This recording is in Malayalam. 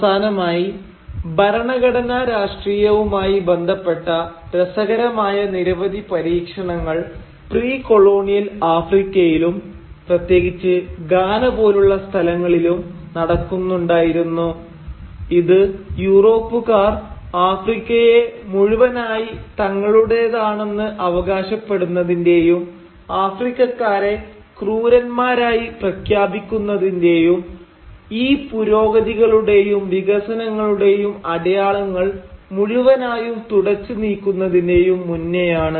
അവസാനമായി ഭരണഘടനാ രാഷ്ട്രീയവുമായി ബന്ധപ്പെട്ട രസകരമായ നിരവധി പരീക്ഷണങ്ങൾ പ്രീ കൊളോണിയൽ ആഫ്രിക്കയിലും പ്രത്യേകിച്ച് ഘാന പോലുള്ള സ്ഥലങ്ങളിലും നടക്കുന്നുണ്ടായിരുന്നു ഇത് യൂറോപ്പുകാർ ആഫ്രിക്കയെ മുഴുവനായി തങ്ങളുടേതാണെന്ന് അവകാശപ്പെടുന്നതിന്റെയും ആഫ്രിക്കക്കാരെ ക്രൂരന്മാരായി പ്രഖ്യാപിക്കുന്നതിന്റെയും ഈ പുരോഗതികളുടെയും വികസനങ്ങളുടെയും അടയാളങ്ങൾ മുഴുവനായും തുടച്ചു നീക്കുന്നതിന്റേയും മുന്നെയാണ്